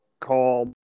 called